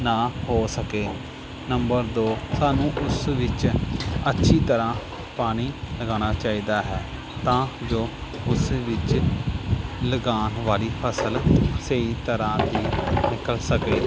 ਨਾ ਹੋ ਸਕੇ ਨੰਬਰ ਦੋ ਸਾਨੂੰ ਉਸ ਵਿੱਚ ਅੱਛੀ ਤਰ੍ਹਾਂ ਪਾਣੀ ਲਗਾਉਣਾ ਚਾਹੀਦਾ ਹੈ ਤਾਂ ਜੋ ਉਸ ਵਿੱਚ ਲਗਾਉਣ ਵਾਲੀ ਫਸਲ ਸਹੀ ਤਰ੍ਹਾਂ ਦੀ ਨਿਕਲ ਸਕੇ